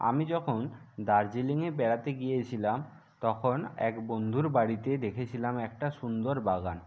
আমি যখন দার্জিলিঙে বেড়াতে গিয়েছিলাম তখন এক বন্ধুর বাড়িতে দেখেছিলাম একটা সুন্দর বাগান